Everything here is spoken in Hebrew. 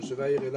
תושבי העיר אילת.